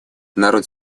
народ